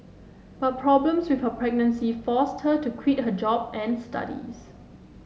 but problems with her pregnancy forced her to quit her job and studies